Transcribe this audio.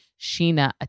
Sheena